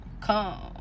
Come